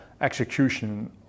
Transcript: execution